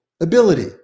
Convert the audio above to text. ability